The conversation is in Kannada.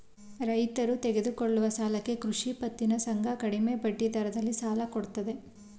ರೈತರು ತೆಗೆದುಕೊಳ್ಳುವ ಸಾಲಕ್ಕೆ ಕೃಷಿ ಪತ್ತಿನ ಸಂಘ ಕಡಿಮೆ ಬಡ್ಡಿದರದಲ್ಲಿ ಸಾಲ ಕೊಡುತ್ತೆ